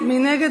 מי נגד?